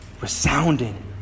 resounding